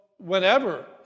Whenever